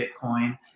Bitcoin